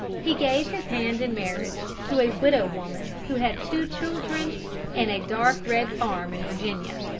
he gave his hand in marriage to a widow woman who had two children and a dark red farm in virginia.